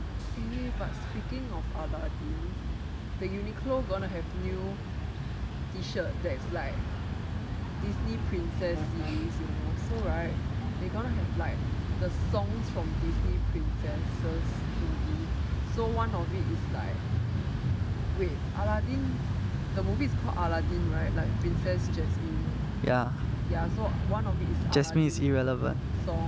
eh but speaking of aladdin the uniqlo gonna have new T shirt that's like disney princess series you know so right they're gonna have like the songs from disney princesses movie so one of it is like wait aladdin the movie is called aladdin right like princess jasmine ya so one of it is aladdin song